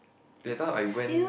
that time I went